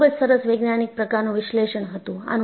આ ખૂબ જ સરસ વૈજ્ઞાનિક પ્રકારનું વિશ્લેષણ હતું